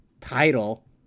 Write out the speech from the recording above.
title